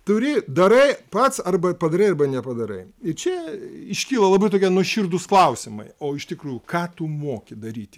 turi darai pats arba padarai arba nepadarai ir čia iškyla labai nuoširdūs klausimai o iš tikrųjų ką tu moki daryti